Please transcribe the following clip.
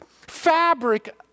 fabric